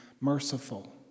merciful